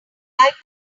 could